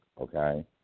okay